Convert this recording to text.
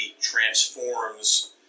transforms